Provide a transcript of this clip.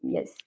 Yes